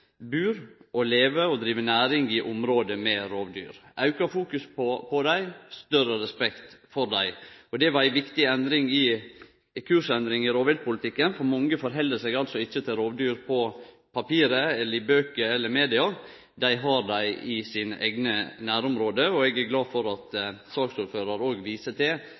bur, lever og driv næring i område med rovdyr – auka fokus på dei, større respekt for dei. Det var ei viktig kursendring i rovviltpolitikken, for mange held seg ikkje til rovdyr på papiret, i bøker eller i media, dei har dei i sine eigne nærområde. Eg er glad for at saksordføraren viser til